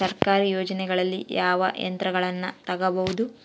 ಸರ್ಕಾರಿ ಯೋಜನೆಗಳಲ್ಲಿ ಯಾವ ಯಂತ್ರಗಳನ್ನ ತಗಬಹುದು?